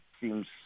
seems